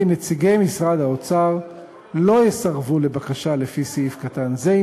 כי "נציגי משרד האוצר לא יסרבו לבקשה לפי סעיף קטן זה,